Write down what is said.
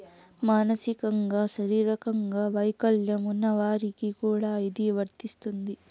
మానసికంగా శారీరకంగా వైకల్యం ఉన్న వారికి కూడా ఇది వర్తిస్తుంది